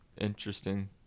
interesting